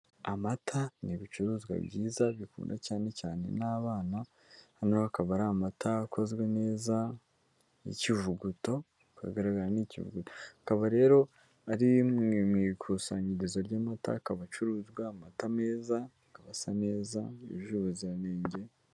Amata n'ibicuruzwa byiza bikundwa cyane cyane n'abana noneho akaba ari amata akozwe neza y'ikivuguto uko bigaragara ni ikivuguto, akaba rero ari mu ikusanyirizo ry'amata, akaba acuruzwa, amata meza, akaba asa neza yujuje ubuziranenge.